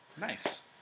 Nice